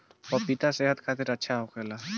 पपिता सेहत खातिर अच्छा होखेला